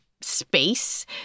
space